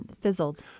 Fizzled